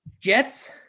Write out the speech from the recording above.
Jets